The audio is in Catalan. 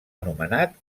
anomenat